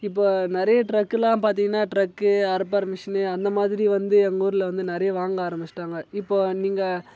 இப்போ நிறைய ட்ரக்கு எல்லாம் பார்த்திங்கனா ட்ரக்கு அறுப்பார் மிஷின்னு அந்தமாதிரி வந்து எங்கள் ஊரில் வந்து நிறைய வாங்க ஆரம்பிச்சிவிட்டாங்க இப்போ நீங்கள்